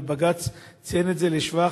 ובג"ץ ציין את זה לשבח.